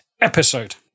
episode